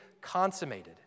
consummated